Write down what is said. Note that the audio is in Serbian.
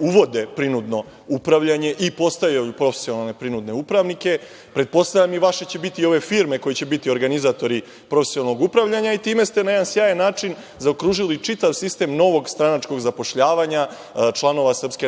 uvode prinudno upravljanje i postavljaju profesionalne prinude upravnike, pretpostavljam i vaše će biti ove firme koje će biti organizatori profesionalnog upravljanja i time ste na sjajan način zaokružili čitav sistem novog stranačkog zapošljavanja članova SNS.